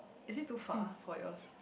is it too far for yours